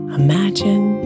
imagine